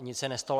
Nic se nestalo.